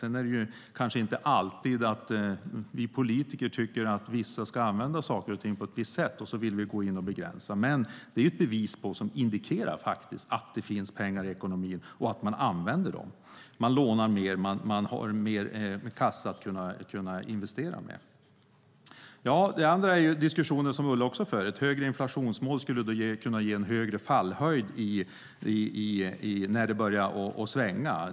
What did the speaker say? Sedan kanske vi politiker inte alltid tycker att vissa ska använda saker och ting på ett visst sätt, och så vill vi gå in och begränsa. Men det är ett bevis för och indikerar att det finns pengar i ekonomin och att man använder dem. Man lånar mer, och man har mer kassa att investera med. Det andra är en diskussion som Ulla Andersson också för. Ett högre inflationsmål skulle kunna ge en högre fallhöjd när det börjar svänga.